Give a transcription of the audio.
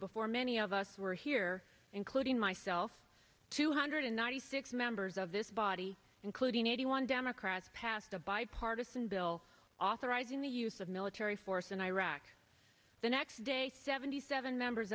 before many of us were here including myself two hundred ninety six members of this body including eighty one democrats passed a bipartisan bill authorizing the use of military force in iraq the next day seventy seven members